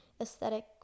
aesthetic